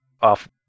off